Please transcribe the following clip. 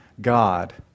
God